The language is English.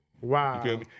Wow